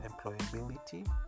employability